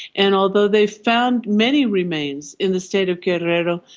and although they found many remains in the state of guerrero,